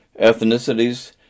ethnicities